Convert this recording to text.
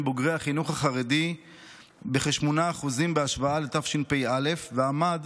בוגרי החינוך החרדי בכ-8% בהשוואה לתשפ"א ועמד